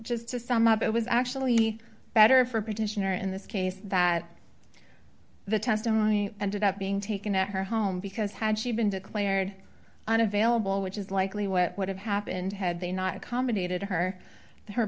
just to sum up it was actually better for petitioner in this case that the testimony ended up being taken at her home because had she been declared unavailable which is likely what would have happened had they not accommodated her